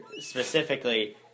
specifically